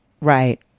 Right